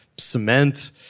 cement